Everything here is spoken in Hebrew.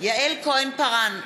יעל כהן-פארן,